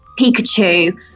Pikachu